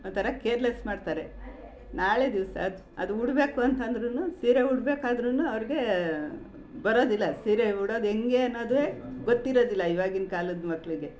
ಒಂಥರ ಕೇರ್ಲೆಸ್ ಮಾಡ್ತಾರೆ ನಾಳೆ ದಿವಸ ಅದು ಅದು ಉಡಬೇಕು ಅಂತಂದ್ರೂ ಸೀರೆ ಉಡ್ಬೇಕಾದ್ರೂ ಅವ್ರಿಗೆ ಬರೋದಿಲ್ಲ ಸೀರೆ ಉಡೋದು ಹೆಂಗೆ ಅನ್ನೋದೇ ಗೊತ್ತಿರೋದಿಲ್ಲ ಇವಾಗಿನ ಕಾಲದ ಮಕ್ಕಳಿಗೆ